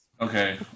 Okay